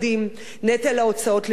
נטל ההוצאות לדיור,